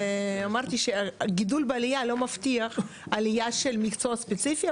ואמרתי שהגידול בעלייה לא מבטיח עלייה של מקצוע ספציפי,